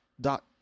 dot